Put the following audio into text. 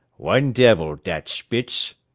one devil, dat spitz,